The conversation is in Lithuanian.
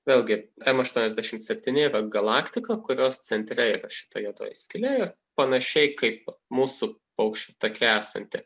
vėlgi em aštuoniasdešimt septyni galaktika kurios centre yra šita juodoji skylė panašiai kaip mūsų paukščių take esanti